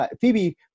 Phoebe